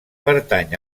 pertany